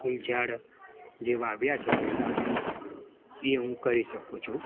ફૂલ ઝાડ જે વાવ્યાં છે કુંડામાં એ હું કહી શકું છું